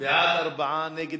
ההצעה להעביר את